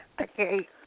Okay